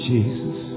Jesus